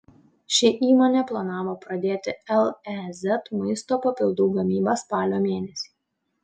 ši įmonė planavo pradėti lez maisto papildų gamybą spalio mėnesį